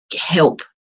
help